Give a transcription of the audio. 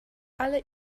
alle